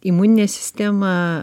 imuninė sistema